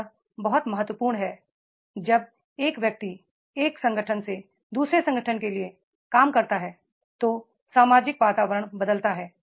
यह बहुत महत्वपूर्ण है जब एक व्यक्ति एक संगठन से दू सरे संगठन के लिए काम करता है तो सामाजिक वातावरण बदलता रहता है